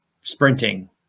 sprinting